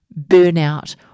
burnout